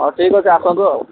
ହଉ ଠିକ୍ ଅଛି ଆସନ୍ତୁ ଆଉ